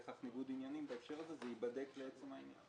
ניגוד עניינים בהקשר הזה והוא ייבדק לעצם העניין.